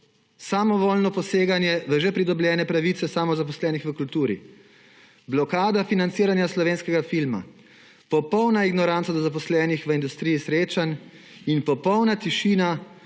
samovoljno poseganje v že pridobljene pravice samozaposlenih v kulturi, blokada financiranja slovenskega filma, popolna ignoranca do zaposlenih v industriji srečanj in popolna tišina